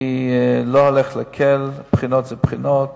אני לא הולך להקל, בחינות זה בחינות.